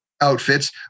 outfits